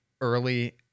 early